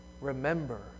remember